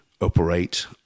operate